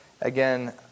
Again